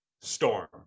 Storm